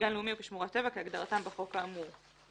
כגן לאומי או כשמורת טבע כהגדרתם בחוק האמור,";